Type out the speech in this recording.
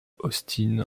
austin